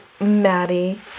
Maddie